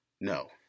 No